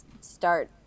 start